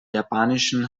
japanischen